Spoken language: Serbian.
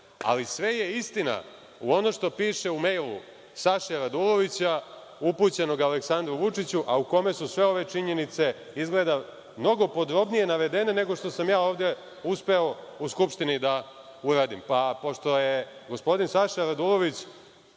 ali sve je istina ono što piše u mejlu Saša Radulovića upućenog Aleksandru Vučiću, a u kome su sve ove činjenice izgleda mnogo podrobnije navedene nego što sam ja ovde uspeo u Skupštini da uradim. Pošto gospodin Saša Radulović